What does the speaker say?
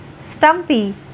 Stumpy